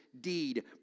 deed